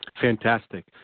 fantastic